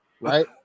right